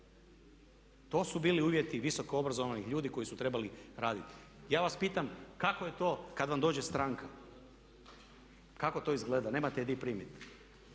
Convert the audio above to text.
to su bili uvjeti visoko obrazovanih ljudi koji su trebali raditi. Ja vas pitam, kako je to kad vam dođe stranka, kako to izgleda? Nemate je di primiti.